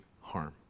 harm